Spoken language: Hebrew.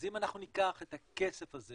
אז אם אנחנו ניקח את הכסף הזה